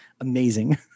amazing